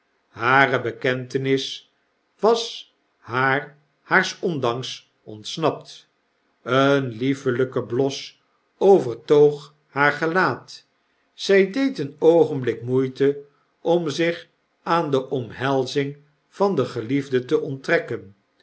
hare bekentenis was haar haars ondanks ontsnapt een liefelyke bios overtoog haar gelaat zy deed een oogenblik moeite om zich aan de omhelzing van den geliefde te onttrekken